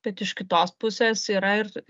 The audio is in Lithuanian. bet iš kitos pusės yra ir